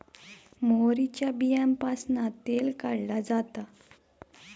मोहरीच्या बीयांपासना तेल काढला जाता